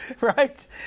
Right